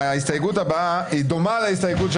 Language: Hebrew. ההסתייגות הבאה דומה להסתייגות של